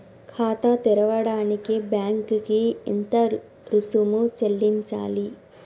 ఖాతా తెరవడానికి బ్యాంక్ కి ఎంత రుసుము చెల్లించాలి?